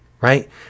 right